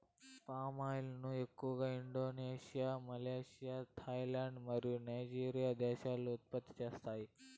palm oil ను ఎక్కువగా Indonesia, Malaysia, Thailand మరియు నైజీరియా దేశాలు ఉత్పత్తి చేస్తాయి